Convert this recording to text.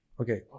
okay